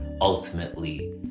Ultimately